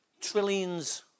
trillions